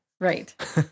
Right